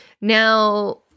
Now